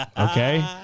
okay